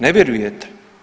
Nevjerujete?